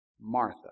Martha